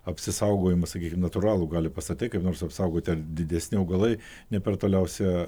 apsisaugojimas sakykim natūralu gali pastatai kaip nors apsaugoti ar didesni augalai ne per toliausia